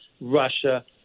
Russia